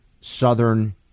southern